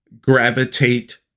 gravitate